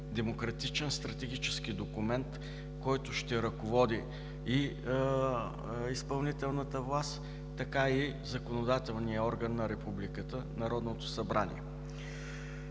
демократичен стратегически документ, който ще ръководи и изпълнителната власт, така и законодателния орган на републиката – Народното събрание.